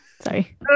Sorry